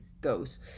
goes